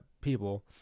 people